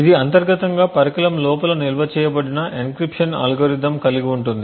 ఇది అంతర్గతంగా పరికరం లోపల నిల్వ చేయబడిన ఎన్క్రిప్షన్ అల్గోరిథం కలిగి ఉంటుంది